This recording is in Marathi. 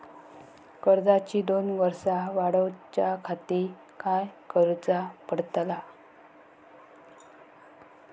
कर्जाची दोन वर्सा वाढवच्याखाती काय करुचा पडताला?